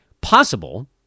possible